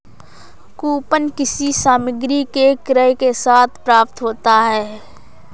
coupon किसी सामग्री के क्रय के साथ प्राप्त होता है